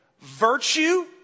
virtue